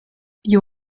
you